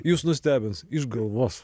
jūs nustebęs iš galvos